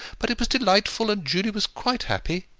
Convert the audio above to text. but it was delightful, and julie was quite happy!